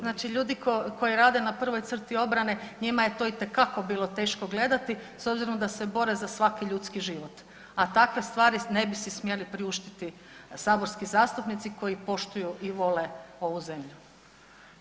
Znači ljudi koji rade na prvoj crti obrane njima je to itekako bilo teško gledati s obzirom da se bore za svaki ljudski život, a takve stvari ne bi si smjeli priuštiti saborski zastupnici koji poštuju i vole ovu zemlju.